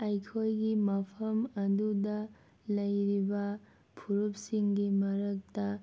ꯑꯩꯈꯣꯏꯒꯤ ꯃꯐꯝ ꯑꯗꯨꯗ ꯂꯩꯔꯤꯕ ꯐꯨꯔꯨꯞꯁꯤꯡꯒꯤ ꯃꯔꯛꯇ